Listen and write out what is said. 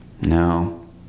No